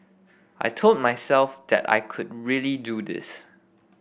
I told myself that I could really do this